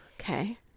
Okay